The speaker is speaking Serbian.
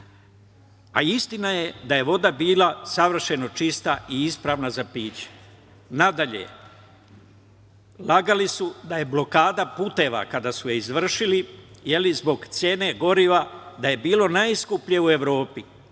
a istina je da je voda bila savršeno čista i ispravna za piće. Nadalje, lagali su da je blokada puteva, kada su je izvršili, zbog cene goriva, da je bilo najskuplje u Evropi,